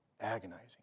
agonizing